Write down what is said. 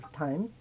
time